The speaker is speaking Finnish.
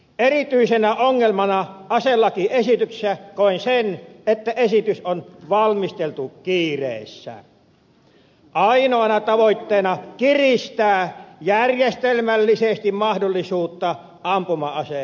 erityisenä ongelmana aselakiesityksessä koin sen että esitys on valmisteltu kiireessä ainoana tavoitteena kiristää järjestelmällisesti mahdollisuutta ampuma aseen hallussapitoon